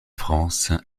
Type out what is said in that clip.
france